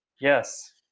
yes